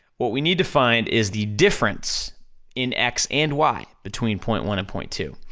what we need to find is the difference in x and y, between point one and point two,